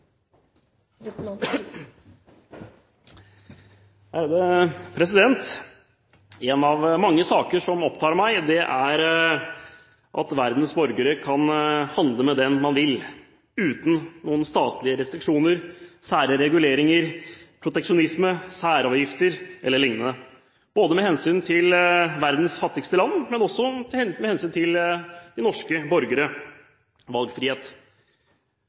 at verdens borgere skal kunne handle med dem man vil uten noen statlige restriksjoner, sære reguleringer, proteksjonisme, særavgifter e.l., av hensyn til verdens fattigste land, men også av hensyn til norske borgere – valgfrihet.